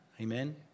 Amen